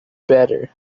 better